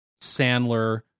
Sandler